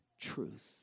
truth